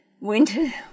Winter